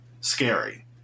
scary